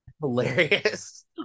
hilarious